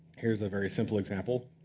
here's a very simple example.